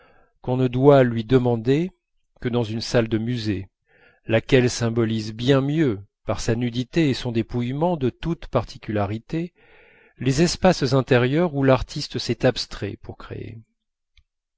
qu'on ne doit lui demander que dans une salle de musée laquelle symbolise bien mieux par sa nudité et son dépouillement de toutes particularités les espaces intérieurs où l'artiste s'est abstrait pour créer